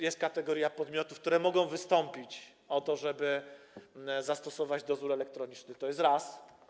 Jest kategoria podmiotów, które mogą wystąpić o to, żeby zastosować dozór elektroniczny, to raz.